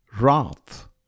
Wrath